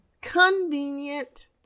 convenient